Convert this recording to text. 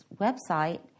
website